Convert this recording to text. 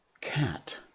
cat